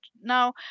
now